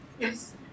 Yes